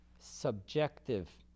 Subjective